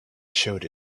showed